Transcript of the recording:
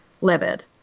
livid